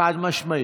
חד-משמעי.